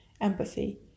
empathy